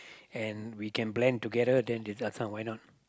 and we can blend together then uh this one why not